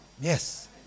Yes